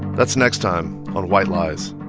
that's next time on white lies